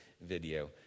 video